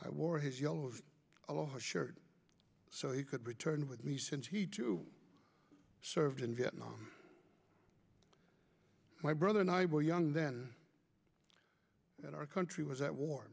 i wore his yellow aloha shirt so he could return with me since he too served in vietnam my brother and i were young then and our country was at war